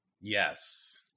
Yes